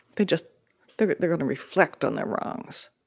they're just they're they're going to reflect on their wrongs.